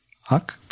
Huck